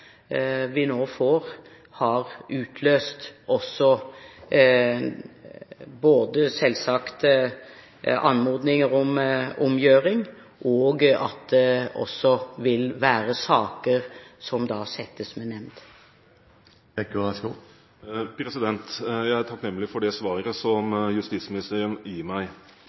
vi nå får, selvsagt har utløst anmodninger om omgjøring, og for at det også vil være saker som settes med nemnd. Jeg er takknemlig for det svaret justisministeren gir meg.